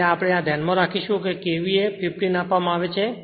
તેથી આ આપણે ધ્યાનમાં રાખીશું KVA 15 આપવામાં આવે છે